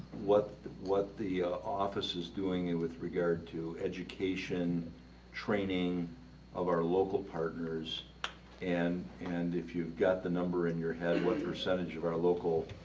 what what the office is doing it with regard to education training of our local partners and and if you've got the number in your head what percentage of our local